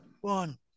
One